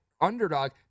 underdog